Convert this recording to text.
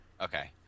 Okay